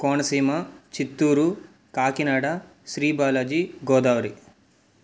Konaseema Chittoor Kakinada Sri Balaji Godavari